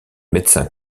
médecin